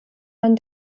man